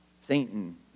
Satan